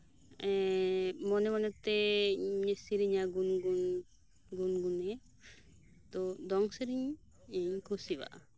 ᱢᱚᱱᱮ ᱢᱚᱱᱮᱛᱮ ᱤᱧ ᱥᱤᱨᱤᱧᱟ ᱜᱩᱱ ᱜᱩᱱ ᱜᱩᱱᱜᱩᱱᱜᱤ ᱛᱚ ᱫᱚᱝ ᱥᱤᱨᱤᱧ ᱤᱧᱤᱧ ᱠᱩᱥᱤᱭᱟᱜ ᱟ